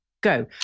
go